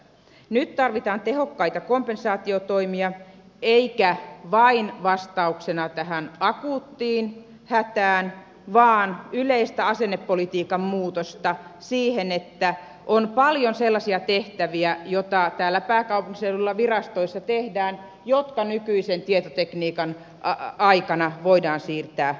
nyt tarvitaan tehokkaita kompensaatiotoimia eikä vain vastauksena tähän akuuttiin hätään vaan yleistä asennepolitiikan muutosta siihen että on paljon sellaisia tehtäviä joita täällä pääkaupunkiseudulla virastoissa tehdään ja jotka nykyisen tietotekniikan aikana voidaan siirtää alueille